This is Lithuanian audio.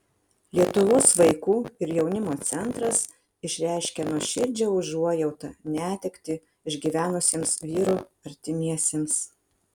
lietuvos vaikų ir jaunimo centras išreiškė nuoširdžią užuojautą netektį išgyvenusiems vyro artimiesiems